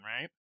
right